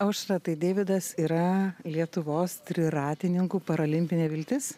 aušra tai deividas yra lietuvos triratininkų paralimpinė viltis